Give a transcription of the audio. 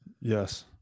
yes